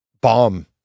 bomb